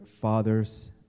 father's